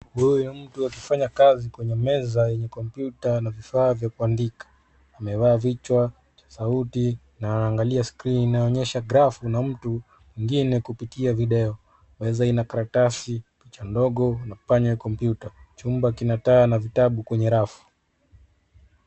Huyu ni mtu akifanya kazi kwenye meza yenye kompyuta na vifaa vya kuandika amevaa vichwa sauti na anaangalia skrini inayoonyesha grafu na mtu mwingine kupitia video. Meza ina karatasi kidogo kwa pande ya kompyuta. Chumba kina taa na vitabu kwenye rafu.